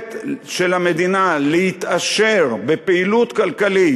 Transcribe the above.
היכולת של המדינה להתעשר בפעילות כלכלית